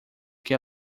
que